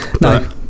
No